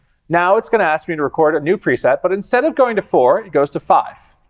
now it's going to ask me to record a new preset, but instead of going to four, it goes to five.